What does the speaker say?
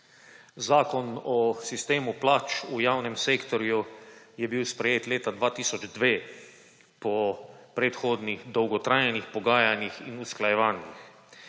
Zakon o sistemu plač v javnem sektorju je bil sprejet leta 2002 po predhodnih dolgotrajnih pogajanjih in usklajevanjih.